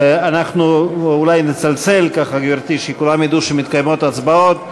אולי נצלצל, גברתי, שכולם ידעו שמתקיימות ההצבעות.